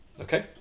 okay